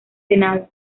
senado